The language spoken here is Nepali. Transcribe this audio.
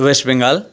वेस्ट बेङ्गाल